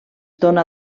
dóna